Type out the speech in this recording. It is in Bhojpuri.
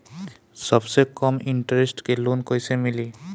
सबसे कम इन्टरेस्ट के लोन कइसे मिली?